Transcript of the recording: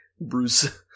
Bruce